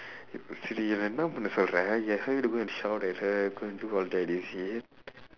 சரி நான் இன்னொரு தடவ சொல்லுறேன்:sari naan innoru thadava sollureen you want me to go and shout at her and do all that is it